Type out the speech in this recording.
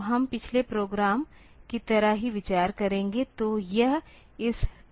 तो हम पिछले प्रोग्राम की तरह ही विचार करेंगे